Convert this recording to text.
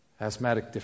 Asthmatic